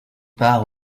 part